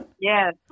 yes